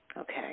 Okay